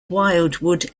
wildwood